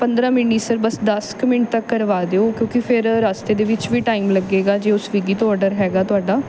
ਪੰਦਰਾਂ ਮਿੰਟ ਨਹੀਂ ਸਰ ਬਸ ਦਸ ਕੁ ਮਿੰਟ ਤੱਕ ਕਰਵਾ ਦਿਓ ਕਿਉਂਕਿ ਫਿਰ ਰਸਤੇ ਦੇ ਵਿੱਚ ਵੀ ਟਾਈਮ ਲੱਗੇਗਾ ਜੇ ਉਹ ਸਵਿਗੀ ਤੋਂ ਔਡਰ ਹੈਗਾ ਤੁਹਾਡਾ